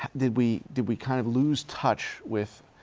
did we did we kind of lose touch with